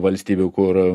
valstybių kur